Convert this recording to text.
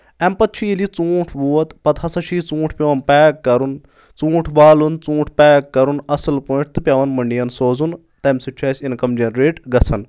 امہِ پَتہٕ چھُ ییٚلہِ یہِ ژوٗنٛٹھ ووٚت پَتہٕ ہسا چھُ یہِ ژوٗنٛٹھ پیٚوان پیک کَرُن ژوٗنٛٹھ والُن ژوٗنٛٹھ پیک کَرُن اَصٕل پٲٹھۍ تہٕ پیٚوان مٔنٛڈِیَن سوزُن تَمہِ سۭتۍ چھُ اَسہِ اِنکَم جَنریٹ گژھان